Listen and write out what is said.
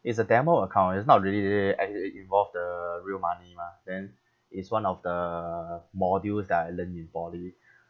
it's a demo account it's not really actually involve the real money mah then it's one of the modules that I learned in poly